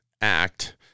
act